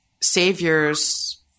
saviors